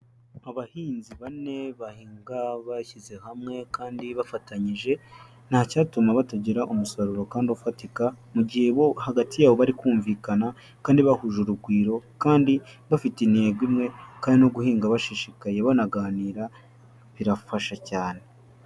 Abahinzi bane bahinga bashyize hamwe kandi bafatanyije, nta cyatuma batagira umusaruro kandi ufatika mu gihe bo hagati yabo bari kumvikana kandi bahuje urugwiro, kandi bafite intego imwe, kandi no guhinga bashishikaye, banaganira birafasha cyane.